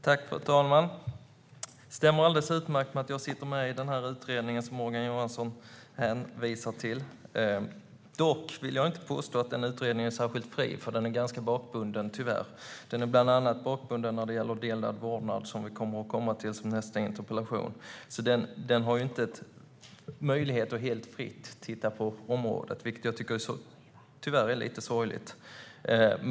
Fru talman! Det stämmer alldeles utmärkt att jag sitter med i den utredning Morgan Johansson hänvisar till. Jag vill dock inte påstå att den utredningen är särskilt fri, för den är tyvärr ganska bakbunden. Den är bland annat bakbunden när det gäller delad vårdnad, vilket vi kommer att komma till i nästa interpellationsdebatt. Utredningen har alltså inte möjlighet att helt fritt titta på området, vilket jag tycker är lite sorgligt.